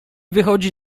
wychodzi